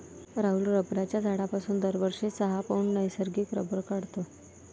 राहुल रबराच्या झाडापासून दरवर्षी सहा पौंड नैसर्गिक रबर काढतो